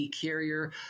Carrier